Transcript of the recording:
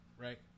right